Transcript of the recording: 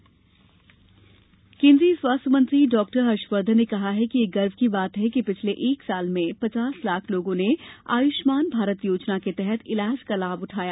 आयुष्मान केन्द्रीय स्वास्थ्य मंत्री डॉक्टर हर्षवर्धन ने कहा है कि यह गर्व की बात है कि पिछले एक वर्ष में पचास लाख लोगों ने आयुष्मान भारत योजना के तहत इलाज का लाभ उठाया